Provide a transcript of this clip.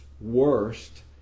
worst